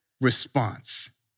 response